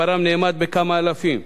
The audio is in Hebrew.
מספרם נאמד בכמה אלפים.